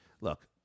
Look